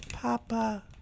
Papa